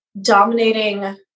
dominating